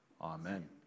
Amen